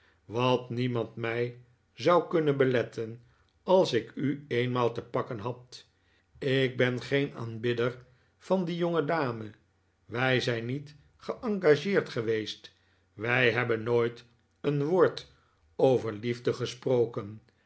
wat niemand mij zou kunnen beletten als ik u eenmaal te pakken had ik ben geen aanbidder van die jongedame wij zijn niet geengageerd geweest wij hebben nooit een woord over liefde gesproken